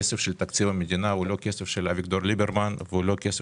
תקציב המדינה הוא לא כסף של אביגדור ליברמן ולא של